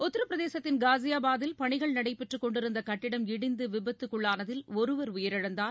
உத்திரப்பிரதேசத்தின் காசியாபாத்தில் பணிகள் நடைபெற்றுக் கொண்டிருந்தகட்டப்ப் இடிந்துவிபத்துக்குள்ளானதில் ஒருவர் உயிரிழந்தார்